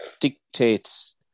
dictates